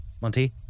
Monty